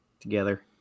together